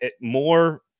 more